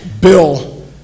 Bill